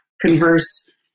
converse